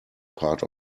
part